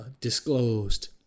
disclosed